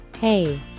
Hey